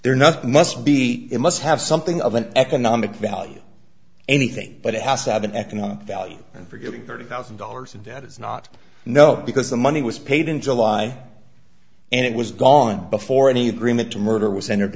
there nothe must be it must have something of an economic value anything but it has to have an economic value and for you thirty thousand dollars in debt is not no because the money was paid in july and it was gone before any agreement to murder was entered